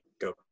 go